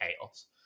Chaos